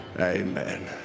amen